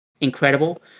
Incredible